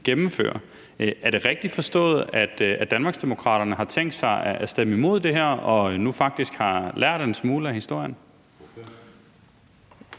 gennemføre. Er det rigtigt forstået, at Danmarksdemokraterne har tænkt sig at stemme imod det her og nu faktisk har lært en smule af historien?